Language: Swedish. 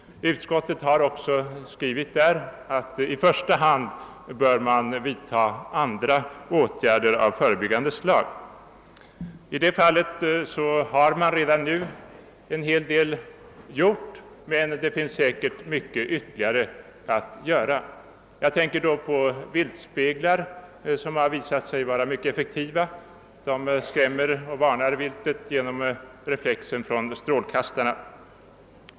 Utskottet har också skrivit att man i första hand bör vidta andra åtgärder av förebyggande slag. I det hänseendet har redan nu gjorts en hel del, men det återstår säkert mycket. Jag tänker då på viltspeglar, som visat sig vara mycket effektiva. De skrämmer och varnar viltet genom reflexer från strålkastarna.